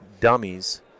dummies